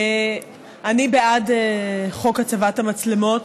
אני בעד חוק הצבת המצלמות.